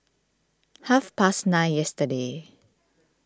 half past nine yesterday